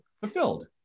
fulfilled